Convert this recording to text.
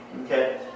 okay